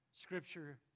Scripture